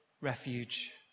refuge